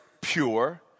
pure